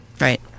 Right